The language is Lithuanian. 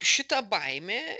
šita baimė